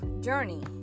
journey